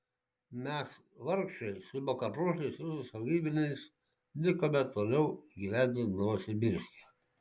mes vargšai su bukapročiais rusų sargybiniais likome toliau gyventi novosibirske